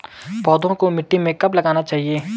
पौधों को मिट्टी में कब लगाना चाहिए?